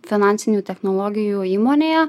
finansinių technologijų įmonėje